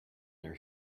are